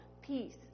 peace